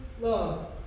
love